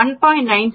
96 இலிருந்து 2